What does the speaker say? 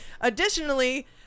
Additionally